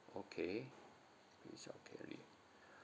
okay childcare leave